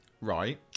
Right